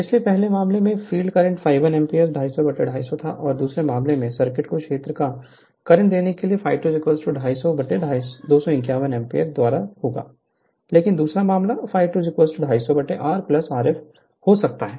इसलिए पहले मामले में फ़ील्ड करंट ∅1 एम्पीयर 250 250 था और दूसरे मामले में सर्किट को क्षेत्र को करंट देने के लिए ∅2 250 250 251 एम्पीयर द्वारा होगा लेकिन दूसरा मामला ∅2250R Rf हो सकता है